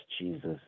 Jesus